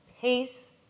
Peace